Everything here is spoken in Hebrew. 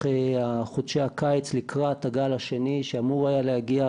חודשי הקיץ לקראת הגל השני שאמור היה להגיע,